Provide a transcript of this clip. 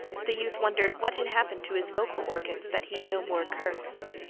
the youth wondered what had happened to his vocal organs that he no more cursed.